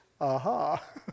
aha